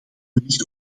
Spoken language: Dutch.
wellicht